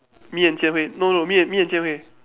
me and Jian-Hui no no me and me and Jian-Hui